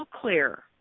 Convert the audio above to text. clear